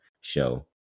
show